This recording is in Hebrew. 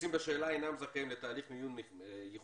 היוצאים השאלה אינם זכאים לתהליך מיון ייחודי